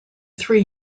three